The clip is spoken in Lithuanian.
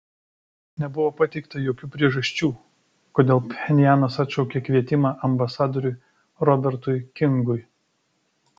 nebuvo pateikta jokių priežasčių kodėl pchenjanas atšaukė kvietimą ambasadoriui robertui kingui